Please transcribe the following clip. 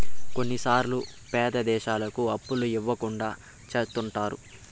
కొన్నిసార్లు పేద దేశాలకు అప్పులు ఇవ్వకుండా చెత్తుంటారు